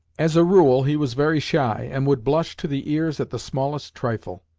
as a rule he was very shy, and would blush to the ears at the smallest trifle,